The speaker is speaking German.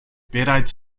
bereits